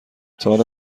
تاحالا